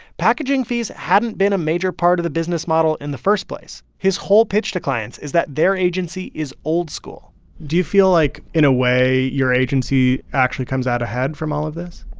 packaging fees hadn't been a major part of the business model in the first place. his whole pitch to clients is that their agency is old school do you feel like, in a way, your agency actually comes out ahead from all of this?